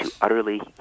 utterly